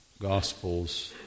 Gospels